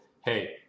hey